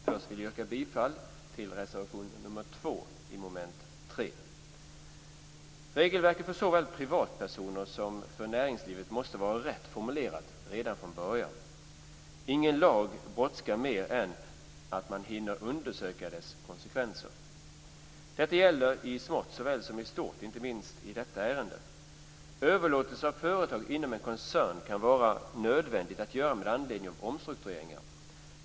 Först vill jag yrka bifall till reservation nr 2 under mom. 3. Regelverket för såväl privatpersoner som för näringslivet måste vara rätt formulerat redan från början. Ingen lag brådskar mer än att man hinner undersöka dess konsekvenser. Detta gäller i smått såväl som i stort, inte minst i detta ärende. Överlåtelser av företag inom en koncern kan vara nödvändigt att göra med anledning av omstruktureringar.